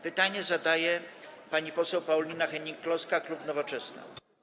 Pytanie zadaje pani poseł Paulina Hennig-Kloska, klub Nowoczesna.